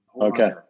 Okay